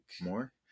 More